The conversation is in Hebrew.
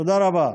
תודה רבה.